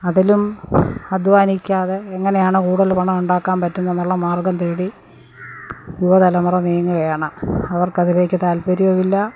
അതിലും അധ്വാനിക്കാതെ എങ്ങനെയാണ് കൂടുതല് പണമുണ്ടാക്കാൻ പറ്റുന്നതെന്നുള്ള മാർഗം തേടി യുവതലമുറ നീങ്ങുകയാണ് അവർക്കതിലേക്ക് താല്പര്യവുമില്ലാ